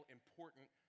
important